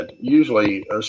usually